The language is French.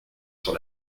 sur